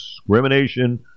discrimination